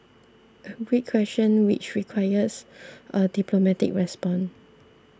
a great question which requires a diplomatic response